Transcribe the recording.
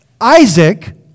Isaac